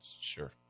Sure